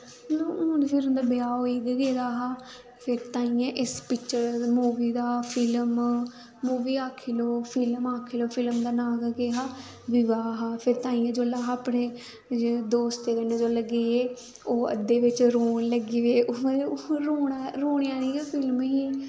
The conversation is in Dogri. मतलब फिर हून उं'दा ब्याह् होई गै गेदा हा फिर तांइयें इस पिक्चर दा मूवी दा फिल्म मूवी आखी लैओ फिल्म आखी लैओ फिल्म दा नांऽ केह् हा विवाह हा फिर ताइयें अस जिसलै अपने दोस्तें कन्नै जिसलै गे ओह् अद्धे बिच्च रोन लग्गी पे ओह् मतलब रोन रोने आह्ली गै फिल्म ही